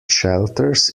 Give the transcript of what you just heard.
shelters